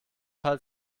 fall